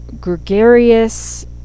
gregarious